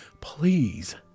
please